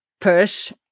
push